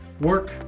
work